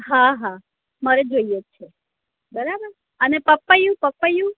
હા હા મારે જોઈએ જ છે બરાબર અને પપૈયું પપૈયું